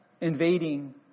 invading